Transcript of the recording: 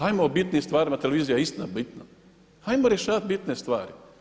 Ajmo o bitnijim stvarima, televizija je isto bitna, 'ajmo rješavati bitne stvari.